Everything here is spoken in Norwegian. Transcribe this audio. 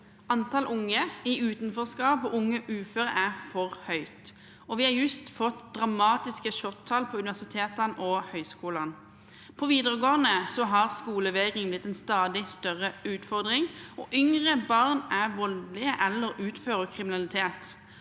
Antall unge i utenforskap og unge uføre er for høyt, og vi har just fått dramatiske sjokktall fra universitetene og høyskolene. På videregående har skolevegring blitt en stadig større utfordring, og yngre barn er voldelige eller utfører kriminalitet.